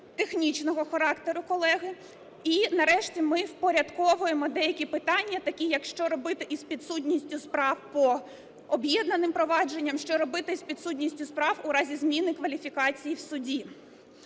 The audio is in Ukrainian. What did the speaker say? технічного характеру, колеги. І, нарешті, ми впорядковуємо деякі питання, такі як: що робити із підсудністю справ по об'єднаним провадженням, що робити з підсудністю справ у разі зміни кваліфікації в суді.